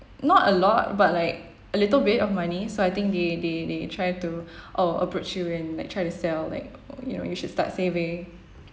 not a lot but like a little bit of money so they they they try to oh approach you and like try to sell like you know you should start saving